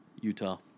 Utah